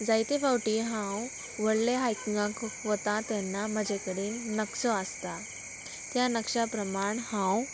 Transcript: जायते फावटी हांव व्हडले हायकिंगाक वता तेन्ना म्हजे कडेन नक्स आसता त्या नक्षा प्रमाण हांव